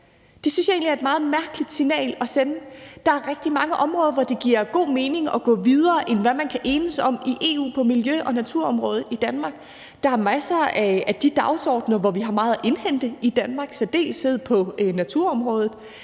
et meget mærkeligt signal at sende. Der er rigtig mange områder, hvor det giver god mening i Danmark at gå videre, end hvad man kan enes om i EU på miljø- og naturområdet. Der er masser af de dagsordener, hvor vi har meget at indhente i Danmark, i særdeleshed på naturområdet.